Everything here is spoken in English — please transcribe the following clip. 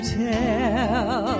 tell